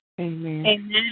amen